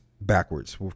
backwards